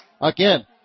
Again